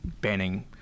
banning